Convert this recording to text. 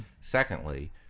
Secondly